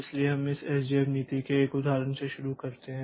इसलिए हम इस एसजेएफ नीति के एक उदाहरण से शुरू करते हैं